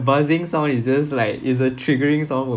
buzzing sound is just like is a triggering sound